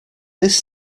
this